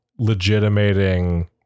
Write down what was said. legitimating